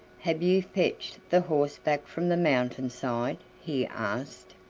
have you fetched the horse back from the mountain-side? he asked.